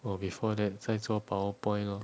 我 before that 在做 PowerPoint lor